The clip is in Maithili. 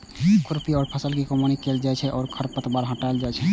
खुरपी सं फसल के कमौनी कैल जाइ छै आ खरपतवार हटाएल जाइ छै